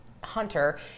Hunter